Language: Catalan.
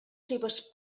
seves